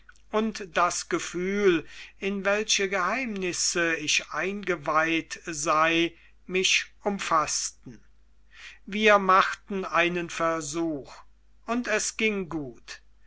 und das gefühl in welche geheimnisse ich eingeweiht sei mich umfaßten wir machten einen versuch und es ging gut